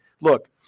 look